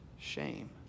shame